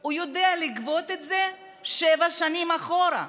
הוא יודע לגבות את זה שבע שנים אחורה.